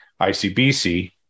ICBC